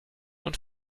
und